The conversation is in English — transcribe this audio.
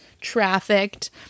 trafficked